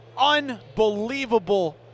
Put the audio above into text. unbelievable